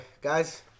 guys